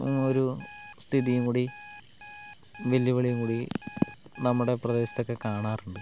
ഒരു സ്ഥിതിയും കൂടി വെല്ലുവിളിയും കൂടി നമ്മുടെ പ്രദേശത്തൊക്കെ കാണാറുണ്ട്